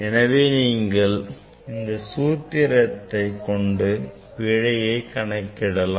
எனவே நீங்கள் இந்த சூத்திரத்தை கொண்டு பிழையை கணக்கிடலாம்